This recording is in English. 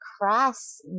cross